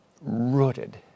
rooted